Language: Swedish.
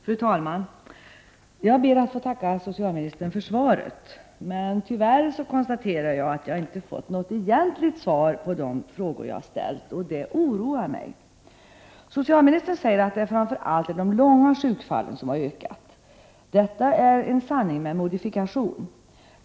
Fru talman! Jag ber att få tacka socialministern för svaret. Jag konstaterar att jag tyvärr inte har fått något egentligt svar på de frågor jag ställde, och detta oroar mig. Socialministern säger att det är framför allt de långvariga sjukfallen som har ökat. Detta är en sanning med modifikation.